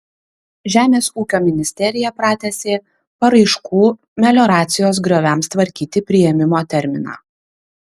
žemės ūkio ministerija pratęsė paraiškų melioracijos grioviams tvarkyti priėmimo terminą